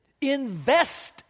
Invest